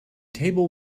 table